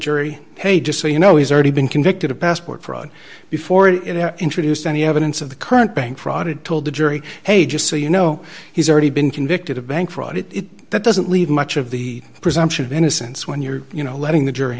jury hey just so you know he's already been convicted of passport fraud before it introduced any evidence of the current bank fraud and told the jury hey just so you know he's already been convicted of bank fraud it that doesn't leave much of the presumption of innocence when you're you know letting the jury